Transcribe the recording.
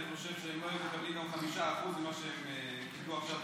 אני חושב שהם לא היו מקבלים גם 5% ממה שהם קיבלו עכשיו.